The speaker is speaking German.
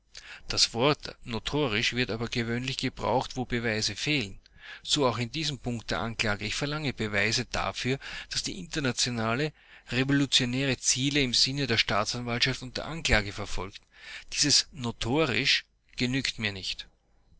das wort notorisch wird aber gewöhnlich gebraucht wo beweise fehlen so auch in diesem punkte der anklage ich verlange beweise dafür daß die internationale revolutionäre ziele im sinne der staatsanwaltschaft und der anklage verfolgt dieses notorisch genügt mir nicht